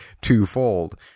twofold